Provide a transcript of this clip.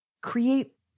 Create